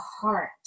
heart